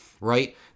right